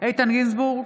איתן גינזבורג,